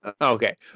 Okay